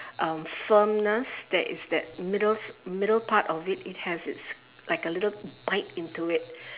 um firmness that is that middle middle part of it has it's like a little bite into it